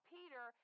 Peter